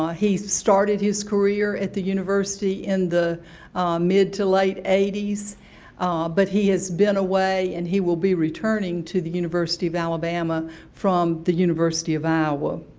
ah he started his career at the university in the mid-to-late eighty s. but he has been away, and he will be returning to the university of alabama from the university of iowa.